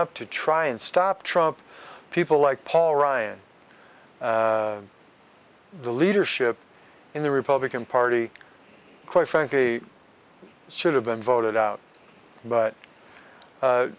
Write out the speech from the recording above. up to try and stop trump people like paul ryan the leadership in the republican party quite frankly should have been voted out but